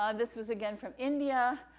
um this was, again, from india.